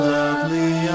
lovely